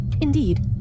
Indeed